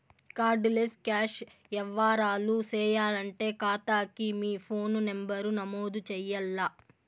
card less cash యవ్వారాలు సేయాలంటే కాతాకి మీ ఫోను నంబరు నమోదు చెయ్యాల్ల